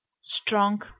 strong